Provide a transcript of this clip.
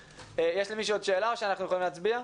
יש למישהו עוד שאלה או שאנחנו יכולים להצביע?